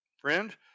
friend